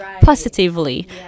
positively